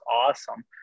awesome